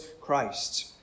Christ